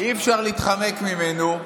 אי-אפשר להתחמק ממנו.